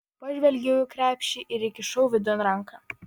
pažvelgiau į krepšį ir įkišau vidun ranką